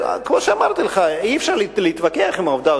כמו שאמרתי לך, אי-אפשר להתווכח עם העובדה.